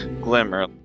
glimmer